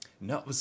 No